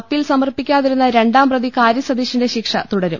appeal സമർപ്പിക്കാതി രുന്ന രണ്ടാം പ്രതി കാരി സതീഷിന്റെ ശിക്ഷ തുടരും